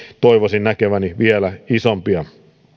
toivoisin näkeväni vielä isompia